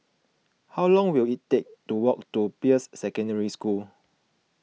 how long will it take to walk to Peirce Secondary School